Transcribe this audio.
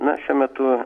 na šiuo metu